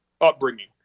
upbringing